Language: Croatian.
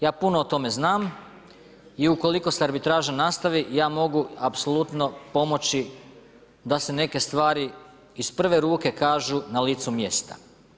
Ja puno o tome znam i ukoliko se arbitraža nastavi ja mogu apsolutno pomoći da se neke stvari iz prve ruke kažu na licu mjesta.